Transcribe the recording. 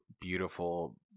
beautiful